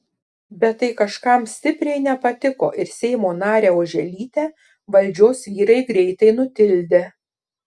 bet tai kažkam stipriai nepatiko ir seimo narę oželytę valdžios vyrai greitai nutildė